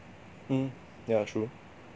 mm yeah sure